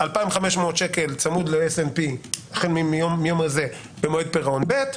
2,500 ש"ח צמוד ל-S&P במועד פירעון ב',